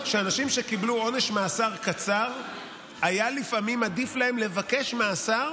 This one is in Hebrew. שבו לאנשים שקיבלו עונש מאסר קצר היה לפעמים עדיף לבקש מאסר